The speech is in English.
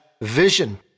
vision